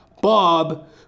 bob